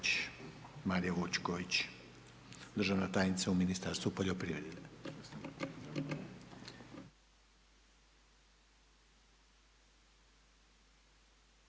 Marija Vučković, državna tajnica u Ministarstvu poljoprivrede.